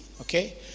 Okay